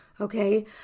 okay